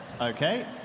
Okay